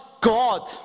God